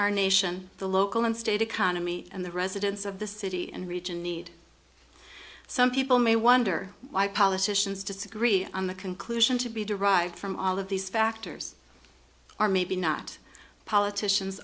our nation the local and state economy and the residents of the city and region need some people may wonder why politicians disagree on the conclusion to be derived from all of these factors or maybe not politicians